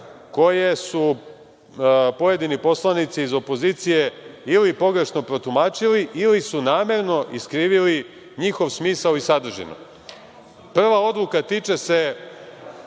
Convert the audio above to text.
koje su pojedini poslanici iz opozicije ili pogrešno protumačili ili su namerno iskrivili njihov smisao i sadržinu. Prva odluka tiče se